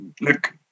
Look